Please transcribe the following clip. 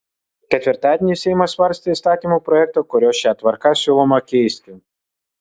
ketvirtadienį seimas svarstė įstatymo projektą kuriuo šią tvarką siūloma keisti